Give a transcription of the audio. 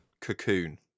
Cocoon